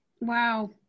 Wow